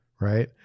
right